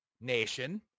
nation